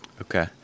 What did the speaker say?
okay